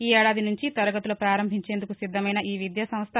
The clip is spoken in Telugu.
ఈ ఏడాది నుంచే తరగతులు ప్రారంభించేందుకు సిద్దమైన ఈ విద్యాసంస్థ